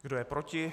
Kdo je proti?